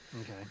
Okay